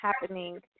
happening